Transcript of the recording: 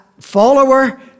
follower